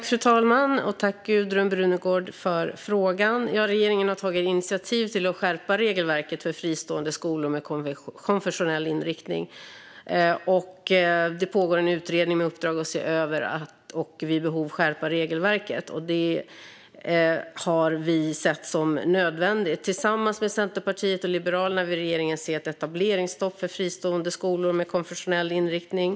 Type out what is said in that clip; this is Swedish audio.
Fru talman! Tack, Gudrun Brunegård, för frågan! Regeringen har tagit initiativ till att skärpa regelverket för fristående skolor med konfessionell inriktning. Det pågår en utredning med uppdrag att se över och vid behov skärpa regelverket. Det har vi sett som nödvändigt. Tillsammans med Centerpartiet och Liberalerna vill regeringen se ett etableringsstopp för fristående skolor med konfessionell inriktning.